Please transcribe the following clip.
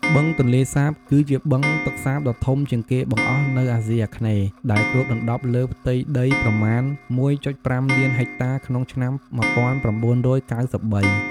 បឹងទន្លេសាប គឺជាបឹងទឹកសាបដ៏ធំជាងគេបង្អស់នៅអាស៊ីអាគ្នេយ៍ ដែលគ្របដណ្តប់លើផ្ទៃដីប្រមាណ ១,៥ លានហិកតាក្នុងឆ្នាំ ១៩៩៣។